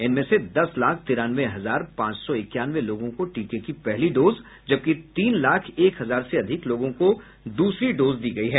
इनमें से दस लाख तिरानवे हजार पांच सौ इक्यानवे लोगों को टीके की पहली डोज जबकि तीन लाख एक हजार से अधिक लोगों को दूसरी डोज दी गयी है